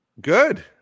Good